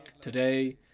Today